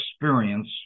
experience